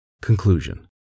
Conclusion